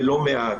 ולא מעט.